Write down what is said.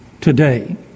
today